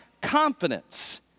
confidence